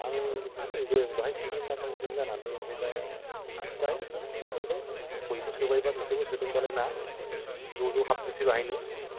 आं बेखौनो नंदों बाहाय सोनो ना बाहाय सोनो जानानै ओमफ्राय दा बाहायनो सोनसै नंबाय बयबो सोबायबा नोंसोरबो सोदों बालाय ना ज' ज' हाबथोंसै बाहायनो